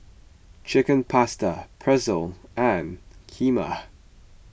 Chicken Pasta Pretzel and Kheema